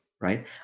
right